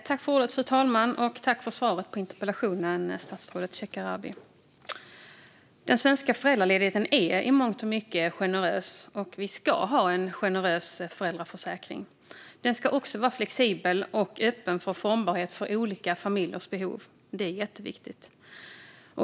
Fru talman! Jag tackar statsrådet Shekarabi för svaret på interpellationen. Den svenska föräldraledigheten är i mångt och mycket generös, och vi ska ha en generös föräldraförsäkring. Den ska också vara flexibel och öppen för formbarhet för olika familjers behov - det är jätteviktigt.